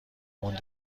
اون